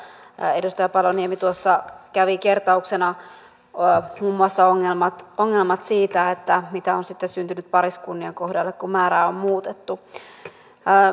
ja edustaja paloniemi tuossa kävi kertauksena muun muassa ongelmat siitä mitä on sitten syntynyt pariskuntien kohdalle kun määrää on muutettu